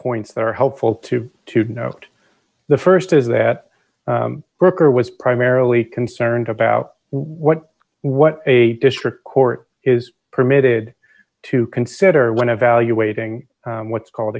points that are helpful to to note the st is that broeker was primarily concerned about what what a district court is permitted to consider when evaluating what's called